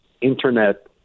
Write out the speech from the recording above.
internet